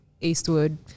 Eastwood